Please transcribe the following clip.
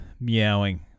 meowing